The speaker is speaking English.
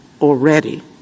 already